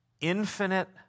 infinite